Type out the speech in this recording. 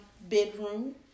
bedroom